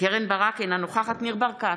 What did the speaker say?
קרן ברק, אינה נוכחת ניר ברקת,